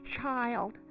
child